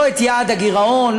לא את יעד הגירעון,